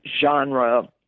genre